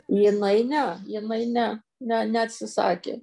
jinai ne jinai ne ne neatsisakė